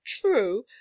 True